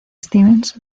stevens